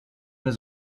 his